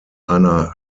einer